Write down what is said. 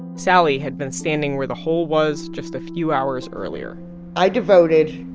sally had been standing where the hole was just a few hours earlier i devoted